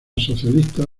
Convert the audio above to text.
socialista